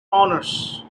honors